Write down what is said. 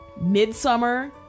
Midsummer